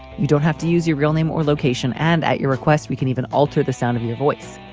you don't have to use your real name or location, and at your request we can even alter the sound of your voice.